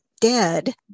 dead